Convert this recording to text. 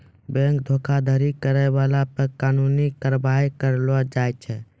bank धोखाधड़ी करै बाला पे कानूनी कारबाइ करलो जाय छै